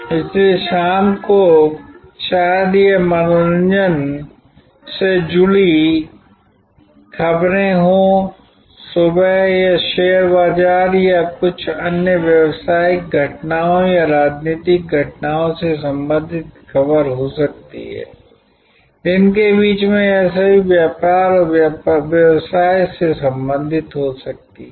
इसलिए शाम को शायद यह मनोरंजन से जुड़ी खबरें हों सुबह यह शेयर बाजार या कुछ अन्य व्यावसायिक घटनाओं या राजनीतिक घटनाओं से संबंधित खबर हो सकती है दिन के बीच में यह सभी व्यापार और व्यवसाय से संबंधित हो सकती है